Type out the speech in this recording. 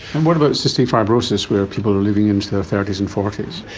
and what about cystic fibrosis where people are living into their thirty s and forty s?